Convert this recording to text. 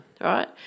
right